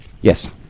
Yes